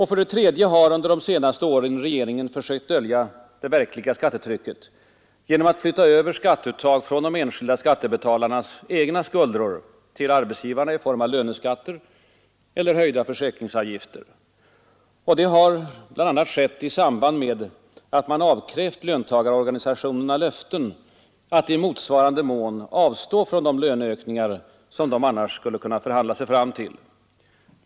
För det tredje har under de senaste åren regeringen försökt dölja det verkliga skattetrycket genom att flytta över skatteuttag från de enskilda skattebetalarnas egna skuldror till arbetsgivarna i form av löneskatter eller höjda försäkringsavgifter. Det har bl.a. skett i samband med att man avkrävt löntagarorganisationerna löften att i motsvarande mån avstå från de löneökningar som de annars skulle kunna förhandla sig fram till.